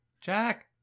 Jack